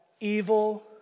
evil